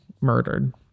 murdered